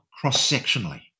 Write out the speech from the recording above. cross-sectionally